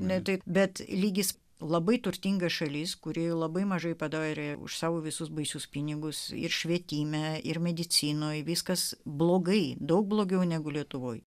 ne taip bet lygis labai turtingas šalis kuri labai mažai padarė už savo visus baisius pinigus ir švietime ir medicinoje viskas blogai daug blogiau negu lietuvoje